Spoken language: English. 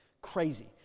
crazy